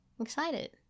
Excited